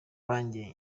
banjye